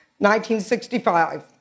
1965